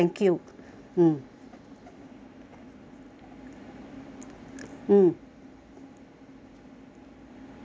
mm mm